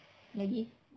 lagi